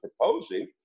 proposing